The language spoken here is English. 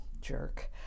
Jerk